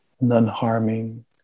non-harming